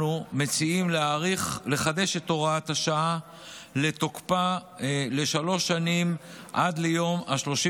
אנחנו מציעים לחדש את הוראת השעה לתוקפה לשלוש שנים עד ליום 31